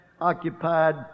occupied